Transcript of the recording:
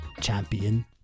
Champion